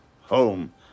Home